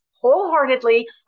wholeheartedly